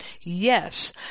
yes